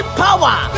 power